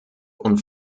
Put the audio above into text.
und